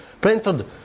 Brentford